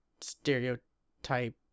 stereotype